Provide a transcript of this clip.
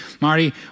Marty